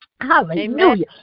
Hallelujah